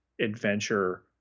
adventure